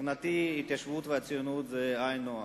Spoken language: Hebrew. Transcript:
מבחינתי התיישבות וציונות זה היינו הך.